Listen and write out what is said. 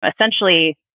essentially